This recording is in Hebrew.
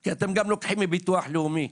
כי אתם גם לוקחים מביטוח לאומי.